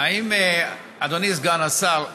אדוני סגן השר,